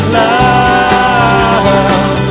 love